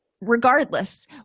regardless